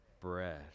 bread